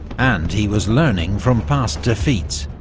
and he was learning from past defeats.